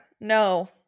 no